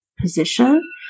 position